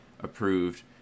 approved